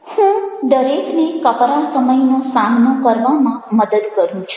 હું દરેકને કપરા સમયનો સામનો કરવામાં મદદ કરું છું